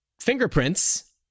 fingerprints